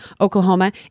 Oklahoma